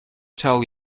tell